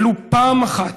ולו פעם אחת,